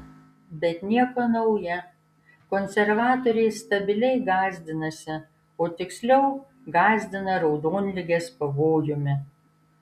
bet nieko nauja konservatoriai stabiliai gąsdinasi o tiksliau gąsdina raudonligės pavojumi